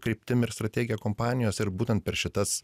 kryptim ir strategija kompanijos ir būtent per šitas